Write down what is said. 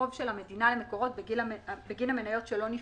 חוב של המדינה למקורות בגין המניות שלא נפרעו.